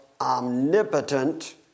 omnipotent